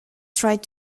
tried